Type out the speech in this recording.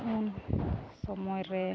ᱩᱱ ᱥᱚᱢᱚᱭ ᱨᱮ